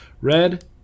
Red